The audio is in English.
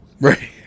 Right